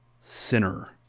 sinner